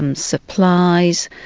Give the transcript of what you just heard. um supplies,